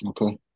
Okay